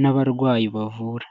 n'abarwayi bavura.